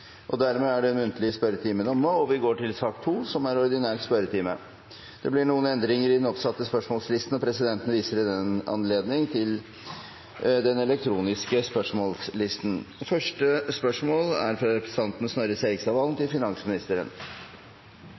Dermed er den muntlige spørretimen omme. Det blir noen endringer i den oppsatte spørsmålslisten, og presidenten viser i den anledning til den elektroniske spørsmålslisten. De foreslåtte endringene i den ordinære spørretimen foreslås godkjent. – Det anses vedtatt. Endringene var som følger: Spørsmål 7, fra representanten Else-May Botten til